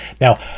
Now